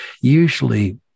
usually